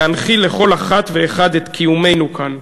להנחיל לכל אחת ואחד את קיומנו כאן.